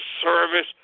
service